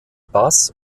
bass